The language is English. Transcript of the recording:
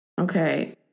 Okay